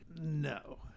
No